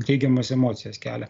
teigiamas emocijas kelia